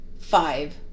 five